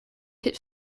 hit